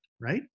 right